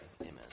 amen